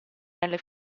nelle